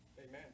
Amen